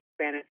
Spanish